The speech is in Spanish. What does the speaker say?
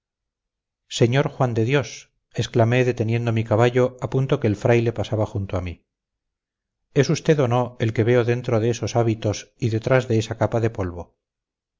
sr juan de dios exclamé deteniendo mi caballo a punto que el fraile pasaba junto a mí es usted o no el que veo dentro de esos hábitos y detrás de esa capa de polvo